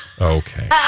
Okay